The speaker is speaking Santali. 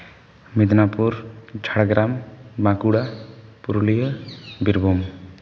ᱢᱮᱫᱽᱱᱟᱯᱩᱨ ᱡᱷᱟᱲᱜᱨᱟᱢ ᱵᱟᱸᱠᱩᱲᱟ ᱯᱩᱨᱩᱞᱤᱭᱟᱹ ᱵᱤᱨᱵᱷᱩᱢ